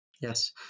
Yes